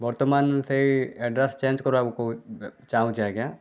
ବର୍ତ୍ତମାନ ସେଇ address change କରିବାକୁ ଚାହୁଁଛି ଆଜ୍ଞା